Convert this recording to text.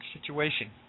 situation